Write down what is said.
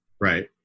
right